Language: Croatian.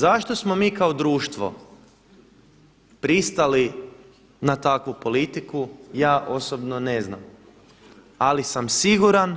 Zašto smo mi kao društvo pristali na takvu politiku, ja osobno ne znam, ali sam siguran